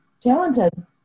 talented